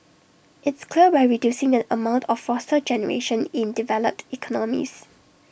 it's clear we're reducing the amount of fossil generation in developed economies